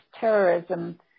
terrorism